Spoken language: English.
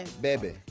baby